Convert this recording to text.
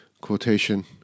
quotation